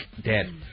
Dead